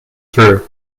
through